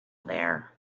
there